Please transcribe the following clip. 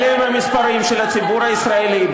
אלה המספרים של הציבור הישראלי.